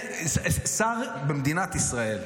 שר במדינת ישראל,